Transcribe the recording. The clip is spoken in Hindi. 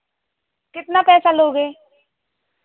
कितना पैसा लोगे